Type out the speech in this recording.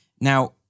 Now